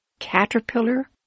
caterpillar